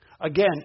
Again